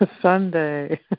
Sunday